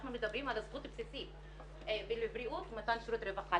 אנחנו מדברים על הזכות הבסיסית לבריאות ושירותי רווחה.